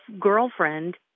girlfriend